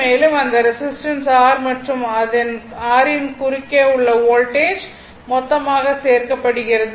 மேலும் அந்த resistance R மற்றும் r யின் குறுக்கே உள்ள வோல்டேஜ் மொத்தமாக சேர்க்கப்படுகிறது